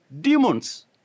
demons